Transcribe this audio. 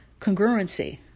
congruency